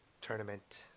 tournament